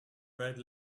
red